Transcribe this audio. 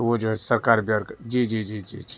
وہ جو ہے سرکار جی جی جی جی جی